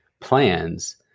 plans